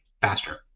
faster